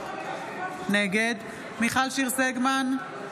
נגד מיכל שיר סגמן,